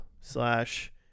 slash